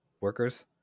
workers